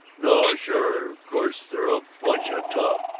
no, sure course they're a bunch of toughs.